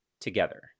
together